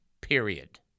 period